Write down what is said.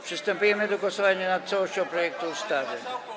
Przystępujemy do głosowania nad całością projektu ustawy.